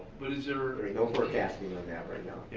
but is there. there's no forecasting on that right now.